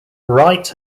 wright